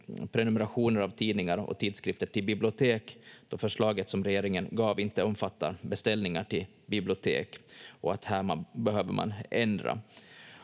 prenumerationer av tidningar och tidskrifter till bibliotek, då förslaget som regeringen gav inte omfattar beställningar till bibliotek, och att man behöver ändra